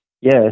Yes